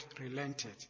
relented